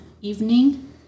evening